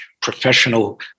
professional